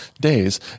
days